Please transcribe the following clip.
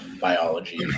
biology